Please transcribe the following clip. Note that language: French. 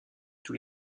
tous